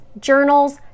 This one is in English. journals